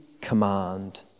command